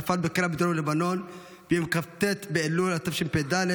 נפל בקרב בדרום לבנון ביום כ"ט באלול התשפ"ד,